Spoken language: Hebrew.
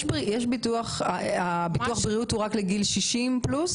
ביטוח הבריאות הוא רק לגיל 60 ומעלה?